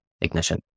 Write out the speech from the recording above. ignition